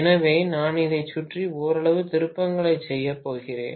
எனவே நான் இதைச் சுற்றி ஓரளவு திருப்பங்களைச் செய்யப் போகிறேன்